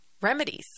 remedies